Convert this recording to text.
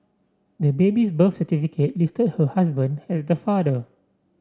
the baby's birth certificate listed her husband as the father